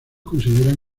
consideran